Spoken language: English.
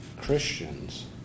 Christians